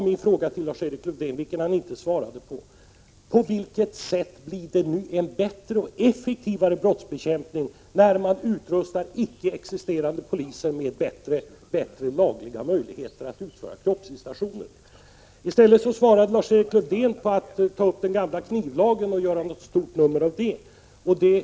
Min fråga till Lars-Erik Lövdén, vilken han inte svarade på, var därför: På vilket sätt blir det en bättre och effektivare brottsbekämpning när icke existerande poliser utrustas med bättre lagliga möjligheter att utföra kroppsvisitationer? I stället för att svara på min fråga gjorde Lars-Erik Lövdén ett stort nummer av den gamla ”knivlagen”.